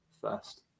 first